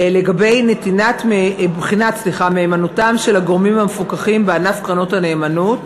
לגבי בחינת מהימנותם של הגורמים המפוקחים בענף קרנות הנאמנות,